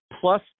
plus